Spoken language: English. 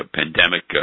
pandemic